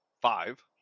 five